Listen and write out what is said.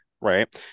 right